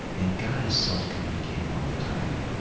and god is self-communicating all the time.